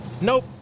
Nope